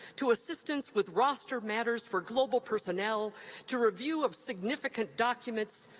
to assistance with rostered matters for global personnel to review of significant documents,